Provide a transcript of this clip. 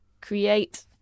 create